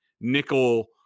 nickel